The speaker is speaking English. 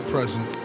Present